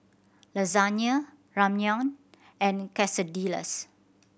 Lasagna Ramyeon and Quesadillas